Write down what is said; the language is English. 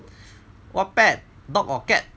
what pet dog or cat